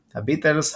הביטלס,